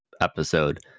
episode